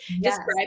describe